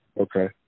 Okay